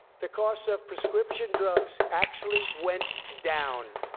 the cost of prescription drugs actually went down.